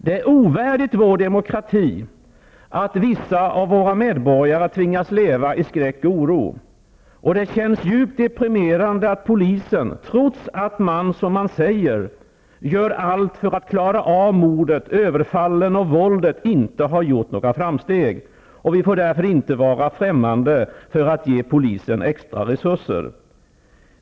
Det är ovärdigt vår demokrati att vissa av våra medborgare tvingas leva i skräck och oro. Det känns djupt deprimerande att polisen -- trots att man, som man säger, gör allt för att klara av mordet, överfallen och våldet -- inte har gjort några framsteg. Vi får därför inte vara främmande för att ge polisen extra resurser.